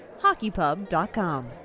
HockeyPub.com